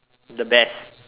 the best